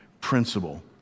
principle